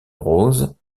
rose